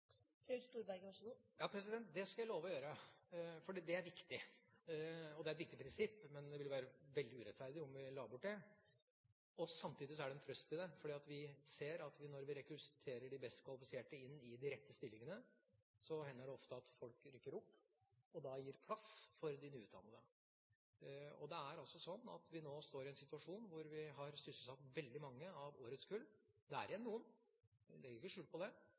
Ja, det skal jeg love å gjøre, for det er viktig. Det er et viktig prinsipp, det ville være veldig urettferdig om vi la det bort. Samtidig er det en trøst i dette, fordi vi ser at når vi rekrutterer de best kvalifiserte inn i de rette stillingene, hender det ofte at folk rykker opp, og da gir plass for de nyutdannede. Det er altså sånn at vi nå står i en situasjon hvor vi har sysselsatt veldig mange av årets kull. Det er igjen noen – jeg legger ikke skjul på det